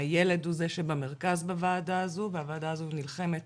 הילד הוא זה שבמרכז בוועדה הזו והוועדה הזו נלחמת